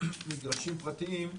מגרשים פרטיים,